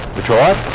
Detroit